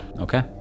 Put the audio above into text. okay